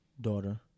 daughter